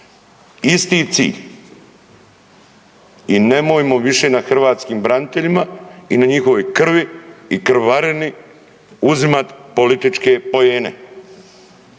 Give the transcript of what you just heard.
Isti cilj, i nemojmo više na hrvatskim braniteljima i na njihovoj krvi i krvarini uzimati političke poene.